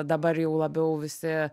dabar jau labiau visi